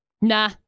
Nah